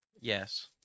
Yes